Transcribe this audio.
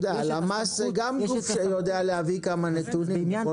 יודע הלמ"ס גם גוף שיודע להביא כמה נתונים,